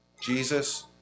Jesus